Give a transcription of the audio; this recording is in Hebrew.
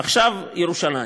עכשיו לירושלים.